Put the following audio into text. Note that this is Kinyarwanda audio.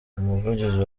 umuvugizi